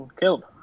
Killed